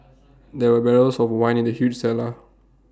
there were barrels of wine in the huge cellar